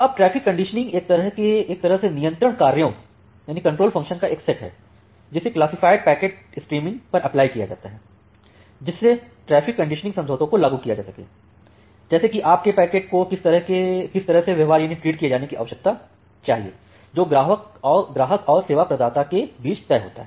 अब traffic conditioning एक तरह से नियंत्रण कार्यों का एक सेट है जिसे क्लासिफाइड पैकेट्स स्ट्रीम पर अप्लाई किया जाता है जिससे ट्रैफ़िक कंडीशनिंग समझौतों को लागू किया जा सके जैसे कि आपके पैकेट को किस तरह से व्यवहार किये जाने की आवश्यकता चाहिए जो ग्राहकों और सेवा प्रदाता के बीच तय होता है